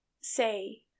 Say